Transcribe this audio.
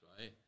right